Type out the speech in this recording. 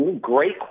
great